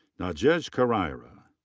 nadege karire.